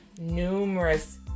numerous